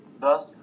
thus